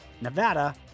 Nevada